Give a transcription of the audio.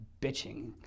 bitching